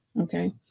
okay